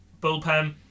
bullpen